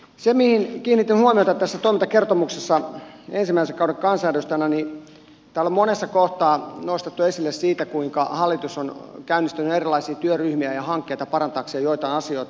se mihin kiinnitin huomiota tässä toimintakertomuksessa ensimmäisen kauden kansanedustajana on että täällä monessa kohtaa on nostettu esille se kuinka hallitus on käynnistänyt erilaisia työryhmiä ja hankkeita parantaakseen joitain asioita